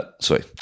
Sorry